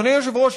אדוני היושב-ראש,